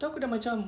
tu aku dah macam